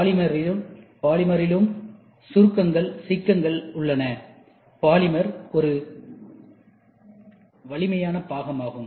பாலிமரில் பாலிமரிலும் சுருக்கங்கள் சிக்கல் உள்ளன பாலிமர் ஒரு வலிமைபாகமாகும்